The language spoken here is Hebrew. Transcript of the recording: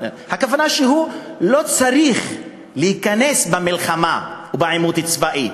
הכוונה שהוא לא צריך להיכנס למלחמה ולעימות צבאי.